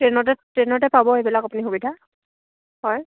ট্ৰেইনতে ট্ৰেইনতে পাব এইবিলাক আপুনি সুবিধা হয়